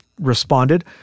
responded